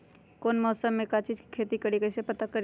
कौन मौसम में का चीज़ के खेती करी कईसे पता करी?